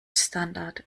standard